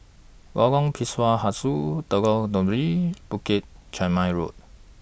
Lorong Pisang Hijau Lengkong Tujuh Bukit Chermin Road